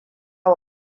wa